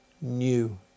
new